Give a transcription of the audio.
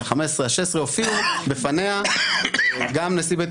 בפסק הדין - היה שם דעת מיעוט של שופט אחד - הנשיאה חיות ורוב שופטי בית